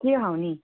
केह् हा उ'नेंगी